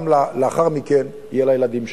גם לאחר מכן יהיה לילדים שלי.